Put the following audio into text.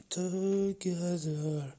together